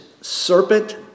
serpent